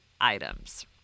items